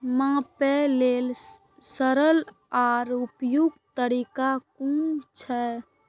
मापे लेल सरल आर उपयुक्त तरीका कुन छै?